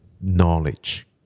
knowledge